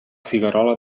figuerola